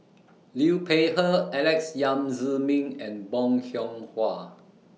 Liu Peihe Alex Yam Ziming and Bong Hiong Hwa